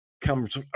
comes